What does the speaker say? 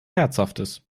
herzhaftes